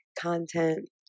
content